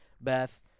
Beth